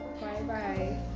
Bye-bye